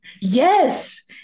Yes